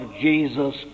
Jesus